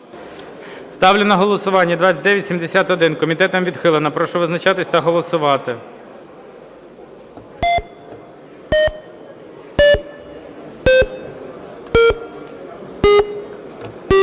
Ставлю на голосування правку 3099, комітетом відхилена. Прошу визначатись та голосувати.